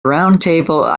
roundtable